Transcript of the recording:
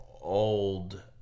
old